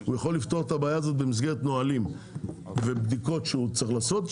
הוא יכול לפתור את הבעיה הזאת במסגרת נהלים ובדיקות שהוא צריך לעשות.